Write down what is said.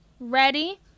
ready